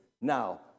Now